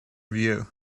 view